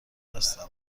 هستم